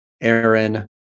Aaron